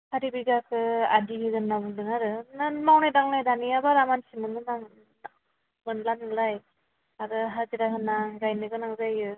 सारि बिगासो आदि होगोन होन्ना बुंदों आरो ना मावनाय दांनाय दानिया बारा मानसि मोनला नालाय आरो हाजिरा होना गायनो गोनां जायो